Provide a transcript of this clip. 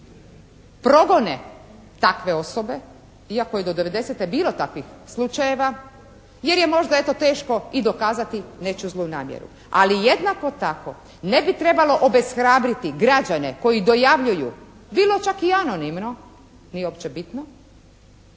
progone takve osobe iako je do 90. bilo takvih slučajeva jer je možda, eto, teško i dokazati nečiju zlonamjeru. Ali jednako tako ne bi trebalo obeshrabriti građane koji dojavljuju bilo čak i anonimno, nije uopće bitno,